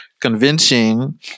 convincing